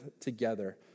together